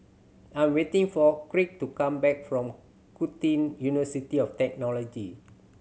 I'm waiting for Kirk to come back from University of Technology